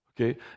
Okay